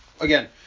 again